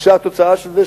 התוצאה של זה,